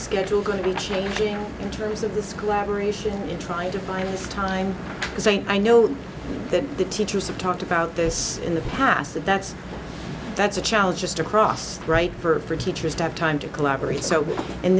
schedule going to be changing in terms of this collaboration in trying to find this time because i know that the teachers of talked about this in the past that that's that's a challenge just across right for teachers to have time to collaborate so